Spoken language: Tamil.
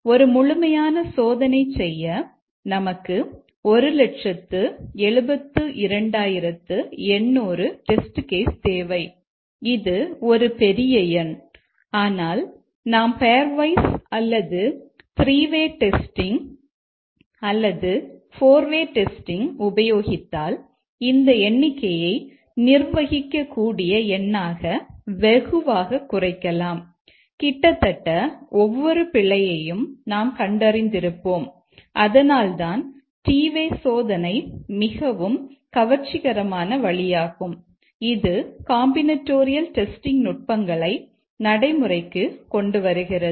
ஒரு முழுமையான சோதனை செய்ய நமக்கு 172800 டெஸ்ட் கேஸ் நுட்பங்களை நடைமுறைக்குக் கொண்டுவருகிறது